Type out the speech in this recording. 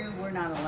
we're not